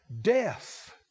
Death